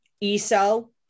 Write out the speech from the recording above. e-cell